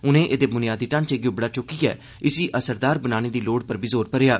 उने एदे बुनियादी ढांचे गी उबड़ा चुक्कियै इसी असरदार बनाने दी लोड़ पर बी जोर भरेआ